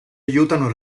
aiutano